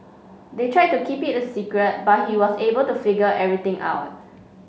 they tried to keep it a secret but he was able to figure everything out